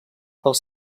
els